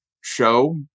show